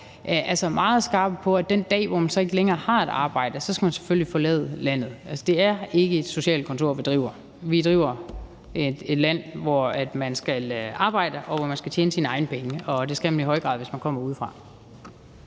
være meget skarpe på, at man, den dag, hvor man så ikke længere har et arbejde, selvfølgelig skal forlade landet. Det er ikke et socialkontor, vi driver. Vi driver et land, hvor man skal arbejde, og hvor man skal tjene sine egne penge, og det skal man i høj grad, hvis man kommer udefra.